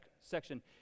section